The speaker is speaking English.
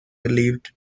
believed